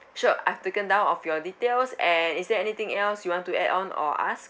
sure I've taken down of your details and is there anything else you want to add on or ask